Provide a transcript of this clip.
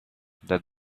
that